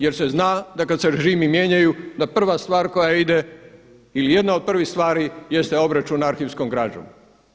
Jer se zna da kada se režimi mijenjaju da prva stvar koja ide ili jedna od prvih stvari jeste obračun arhivskom građom.